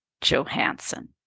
Johansson